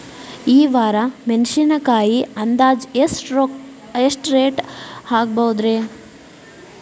ಈ ವಾರ ಮೆಣಸಿನಕಾಯಿ ಅಂದಾಜ್ ಎಷ್ಟ ರೇಟ್ ಆಗಬಹುದ್ರೇ?